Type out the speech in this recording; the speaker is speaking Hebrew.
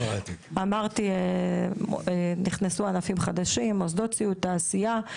נכנסו ענפים חדשים, מוסעות סיעוד, תעשייה.